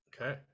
Okay